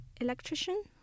electrician